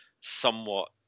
somewhat